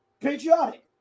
patriotic